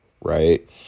right